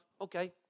Okay